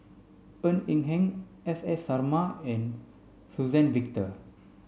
Ng Eng Hen S S Sarma and Suzann Victor